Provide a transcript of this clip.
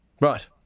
Right